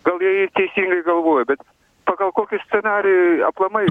gal jie ir teisingai galvoja bet pagal kokį scenarijų aplamai